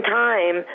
time